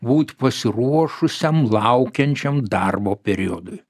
būt pasiruošusiam laukiančiam darbo periodui